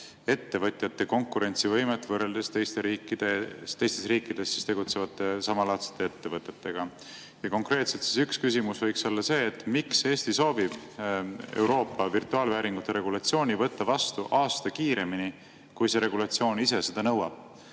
ettevõtjate konkurentsivõimet võrreldes teistes riikides tegutsevate samalaadsetele ettevõtetega. Konkreetselt üks küsimus võiks olla see, miks Eesti soovib Euroopa virtuaalvääringute regulatsiooni võtta vastu aasta [võrra] kiiremini, kui see regulatsioon ise nõuab.